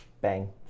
Bang